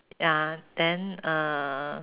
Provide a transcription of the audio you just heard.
ya then uh